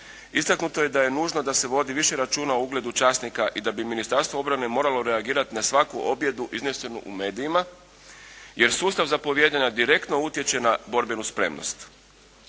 Istaknuto je da je nužno da se vodi više računa o ugledu časnika i da bi Ministarstvo obrane moralo reagirati na svaku objedu iznesenu u medijima, jer sustav zapovijedanja direktno utječe na borbenu spremnost.